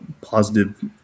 positive